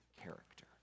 character